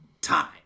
time